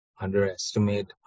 underestimate